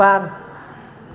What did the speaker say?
बार